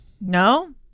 No